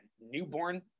newborn